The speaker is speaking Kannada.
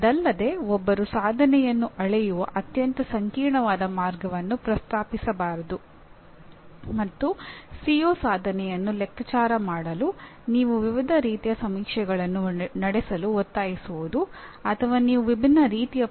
ಆದ್ದರಿಂದ ಏನು ಶಿಕ್ಷಣ ನೀಡಬೇಕೆಂದು ತಿಳಿಯಲು ಜೀವನದ ಉದ್ದೇಶ ಏನು ಮತ್ತು ಯಾವ ರೀತಿಯ ಜೀವನ ಬೇಕು ಎಂದು ಕೇಳುವ ಅವಶ್ಯಕತೆಯಿದೆ